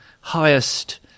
highest